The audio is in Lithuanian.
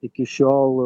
iki šiol